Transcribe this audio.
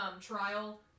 trial